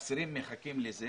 אסירים מחכים לזה